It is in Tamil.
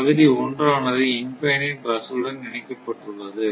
பகுதி ஒன்றானது இன்பினிட் பஸ்ஸுடன் இணைக்கப் பட்டுள்ளது